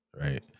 right